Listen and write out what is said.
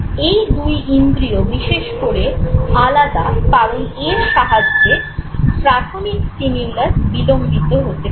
এই দুই ইন্দ্রিয় বিশেষ করে আলাদা কারণ এর সাহায্যে প্রাথমিক স্টিমিউলাস বিলম্বিত হতে পারে